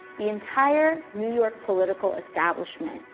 the entire new york political establishment,